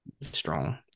strong